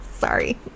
Sorry